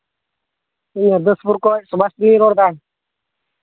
ᱡᱚᱜᱽᱫᱤᱥᱯᱩᱨ ᱠᱷᱚᱱ ᱥᱩᱵᱷᱟᱥᱤᱧ ᱨᱚᱲᱫᱟ